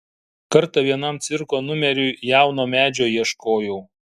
kartą vienam cirko numeriui jauno medžio ieškojau